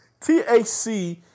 THC